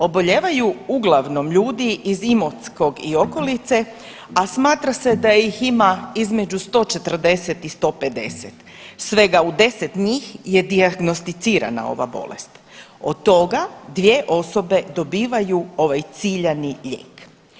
Obolijevaju uglavnom ljudi iz Imotskog i okolice, a smatra se da ih ima između 140 i 150, svega u deset njih je dijagnosticirana ova bolest, od toga dvije osobe dobivaju ovaj ciljani lijek.